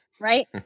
Right